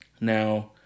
now